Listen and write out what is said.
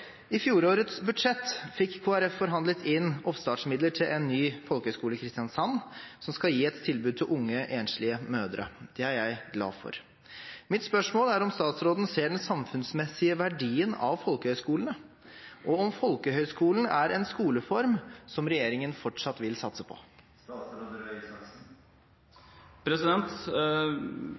I fjorårets budsjett fikk Kristelig Folkeparti forhandlet inn oppstartmidler til en ny folkehøyskole i Kristiansand som skal gi et tilbud til unge, enslige mødre. Det er jeg glad for. Mitt spørsmål er om statsråden ser den samfunnsmessige verdien av folkehøyskolene, og om folkehøyskolen er en skoleform som regjeringen fortsatt vil satse på.